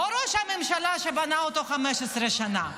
לא ראש הממשלה שבנה אותו 15 שנה,